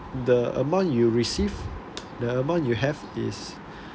the amount you receive the amount you have is